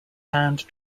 hand